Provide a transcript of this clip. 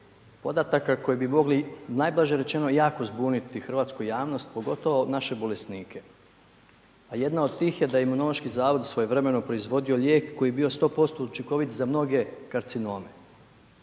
podataka koje bi mogli najblaže rečeno jako zbuniti hrvatsku javnost, pogotovo naše bolesnike. A jedna od tih je da je Imunološki zavod svojevremeno proizvodio lijek koji je bio 100% učinkovit za mnoge karcinome.